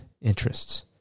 interests